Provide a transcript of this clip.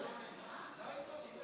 אני רוצה להגיד